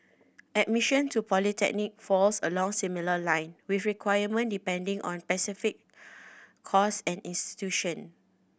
admission to a polytechnic falls along similar line with requirement depending on specific course and institution